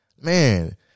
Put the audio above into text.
man